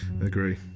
agree